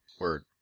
Word